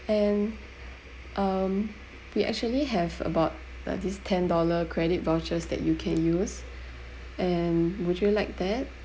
and um we actually have about uh this ten dollar credit vouchers that you can use and would you like that